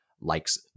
likes